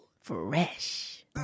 Fresh